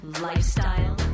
lifestyle